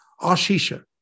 ashisha